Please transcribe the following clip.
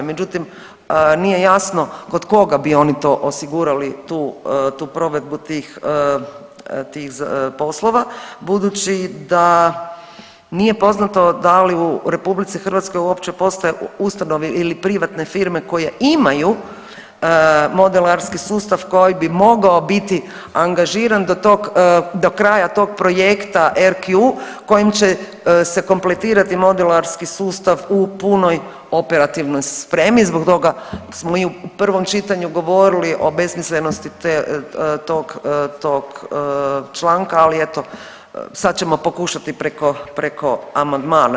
Međutim, nije jasno kod koga bi oni to osigurali tu, tu provedbu tih, tih poslova budući da nije poznato da li u RH uopće postoje ustanove ili privatne firme koje imaju modelarski sustav koji bi mogao biti angažiran do tog, do kraja tog projekta RQ kojim će se kompletirati modelarski sustav u punoj operativnoj spremi zbog toga smo mi u prvom čitanju govorili o besmislenosti te, tog, tog članka ali eto sad ćemo pokušati preko, preko amandmana.